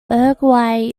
uruguay